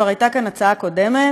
כבר הייתה כאן הצעה קודמת,